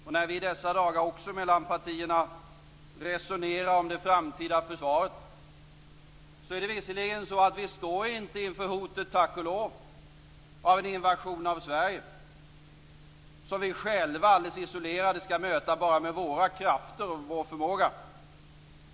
Och när vi i dessa dagar också mellan partierna resonerar om det framtida försvaret är det visserligen så att vi tack och lov inte står inför hotet av en invasion av Sverige som vi själva alldeles isolerade skall möta bara med våra krafter och vår förmåga.